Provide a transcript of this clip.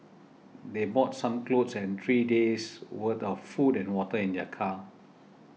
they brought some clothes and three days worth of food and water in their car